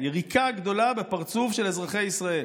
יריקה גדולה בפרצוף של אזרחי ישראל.